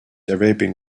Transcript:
arabian